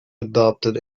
adopted